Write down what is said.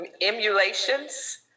emulations